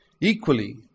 Equally